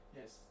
Yes